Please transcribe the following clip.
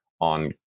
on